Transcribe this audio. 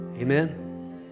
Amen